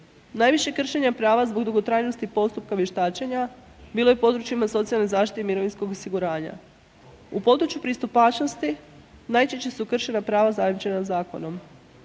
Najviše kršenja prava zbog dugotrajnosti postupka vještačenja bilo je u područjima socijalne zaštite i mirovinskog osiguranja. U području pristupačnosti najčešće su kršena prava zajamčena zakonom.